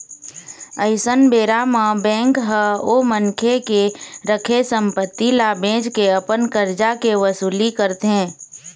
अइसन बेरा म बेंक ह ओ मनखे के रखे संपत्ति ल बेंच के अपन करजा के वसूली करथे